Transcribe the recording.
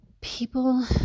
people